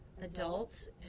adults